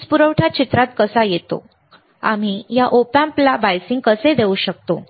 वीज पुरवठा चित्रात कसा येतो आम्ही या op amp ला बायसिंग कसे देऊ शकतो